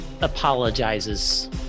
apologizes